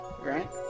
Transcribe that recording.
right